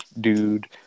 dude